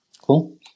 Cool